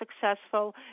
successful